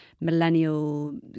millennial